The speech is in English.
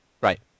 Right